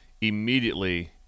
Immediately